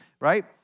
right